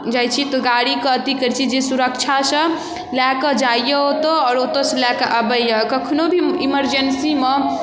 जाइ छी तऽ गाड़ीके अथी करै छी जे सुरक्षासँ लऽ कऽ जाइए ओतऽ आओर ओतऽसँ लऽ कऽ अबैए कखनहु भी इमरजेन्सीमे